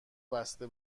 بسته